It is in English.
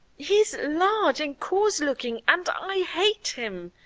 he's large and coarse-looking, and i hate him.